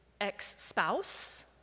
ex-spouse